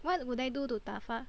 what would I do to 打发